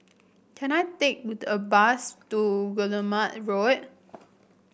can I take with a bus to Guillemard Road